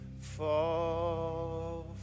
fall